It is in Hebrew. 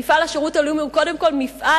מפעל השירות הלאומי הוא קודם כול מפעל